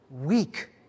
weak